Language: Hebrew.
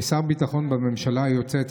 כשר ביטחון בממשלה היוצאת,